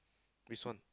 which one